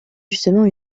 justement